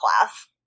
class